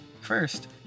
First